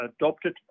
adopted